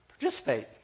participate